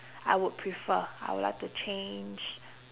I would prefer I would like to change